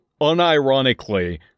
unironically